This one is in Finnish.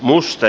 musta